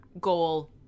goal